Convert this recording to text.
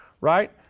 right